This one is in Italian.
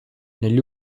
negli